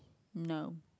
no